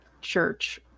church